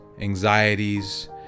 anxieties